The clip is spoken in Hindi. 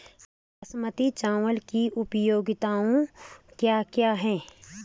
बासमती चावल की उपयोगिताओं क्या क्या हैं?